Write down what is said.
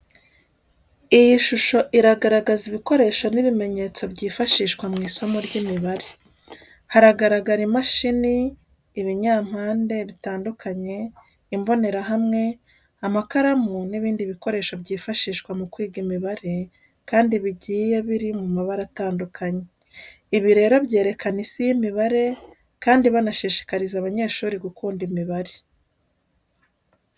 Iyi shusho iragaragaza ibikoresho n'ibimenyetso byifashishwa mu isomo ry'imibare. Haragaragara imashini, ibinyampande bitandukanye, imbonerahamwe, amakaramu n’ibindi bikoresho byifashishwa mu kwiga imibare kandi bigiye biri mu mabara atandukanye. Ibi rero byerekana Isi y'imibare kandi banashishikariza abanyeshuri gukunda imibare.